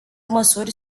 măsuri